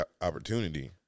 opportunity